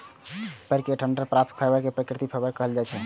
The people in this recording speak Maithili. पेड़क डंठल सं प्राप्त फाइबर कें प्राकृतिक फाइबर कहल जाइ छै